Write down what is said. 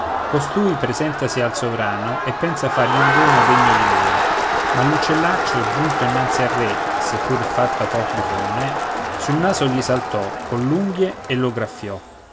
costui presentasi al sovrano e pensa fargli un don degno di lui ma l'uccellaccio giunto innanzi al re se pure il fatto apocrifo non è sul naso gli saltò coll'unghie e lo graffiò